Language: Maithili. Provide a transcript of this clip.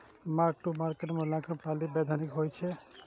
मार्क टू मार्केट मूल्यांकन प्रणाली वैधानिक होइ छै